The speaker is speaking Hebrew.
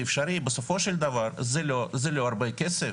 בסופו של דבר זה לא הרבה כסף.